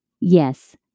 Yes